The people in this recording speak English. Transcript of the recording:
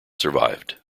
survived